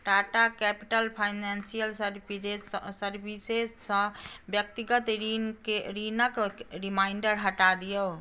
Tata capital financial services सर्विसेजसँ व्यक्तिगत ऋणके ऋणक रिमाइंडर हटा दियौ